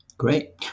Great